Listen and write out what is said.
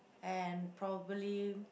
and probably